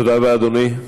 תודה רבה, אדוני.